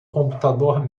computador